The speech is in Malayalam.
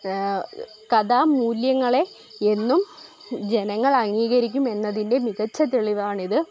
കഥാ മൂല്യങ്ങളെ എന്നും ജനങ്ങൾ അംഗീകരിക്കുമെന്നതിൻ്റെ മികച്ച തെളിവാണിത്